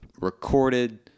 recorded